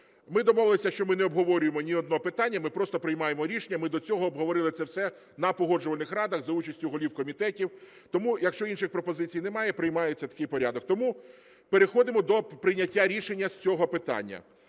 Ми домовились, що ми не обговорюємо ні одного питання, ми просто приймаємо рішення, ми до цього обговорили це все на погоджувальних радах за участю голів комітетів. Тому якщо інших пропозицій немає, приймається такий порядок. Тому переходимо до прийняття рішення з цього питання.